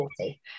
40